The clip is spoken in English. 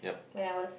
when I was